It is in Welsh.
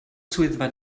swyddfa